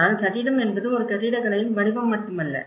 ஆனால் கட்டிடம் என்பது ஒரு கட்டிடக்கலையின் வடிவம் மட்டுமல்ல